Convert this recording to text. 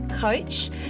coach